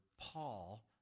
Paul